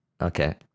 Okay